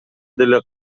деле